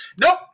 Nope